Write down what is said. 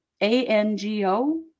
A-N-G-O